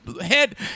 head